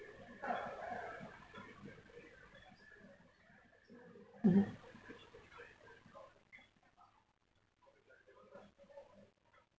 mmhmm